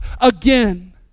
again